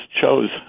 chose